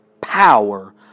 power